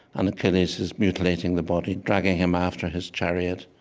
and achilles is mutilating the body, dragging him after his chariot.